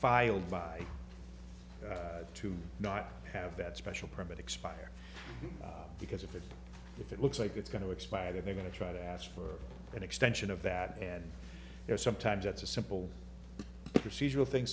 filed by to not have that special permit expire because if it if it looks like it's going to expire they're going to try to ask for an extension of that and there's sometimes that's a simple procedural thing